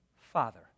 Father